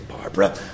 Barbara